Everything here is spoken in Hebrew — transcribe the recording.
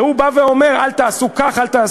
והוא בא ואומר: אל תעשו כך, אל תעשו.